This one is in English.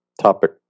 topic